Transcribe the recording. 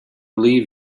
leave